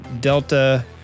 Delta